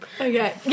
Okay